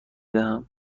دهم